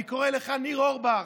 אני קורא לך, ניר אורבך,